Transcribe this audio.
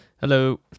Hello